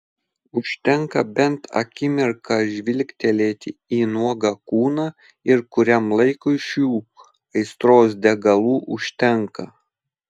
užtenka bent akimirką žvilgtelėti į nuogą kūną ir kuriam laikui šių aistros degalų užtenka